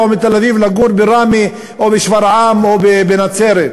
או מתל-אביב לגור בראמה או בשפרעם או בנצרת,